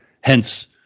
Hence